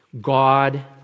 God